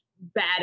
bad